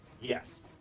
yes